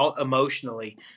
emotionally